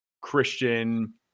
Christian